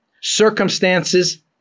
Circumstances